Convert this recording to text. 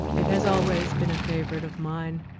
it has always been a favorite of mine,